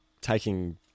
taking